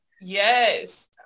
yes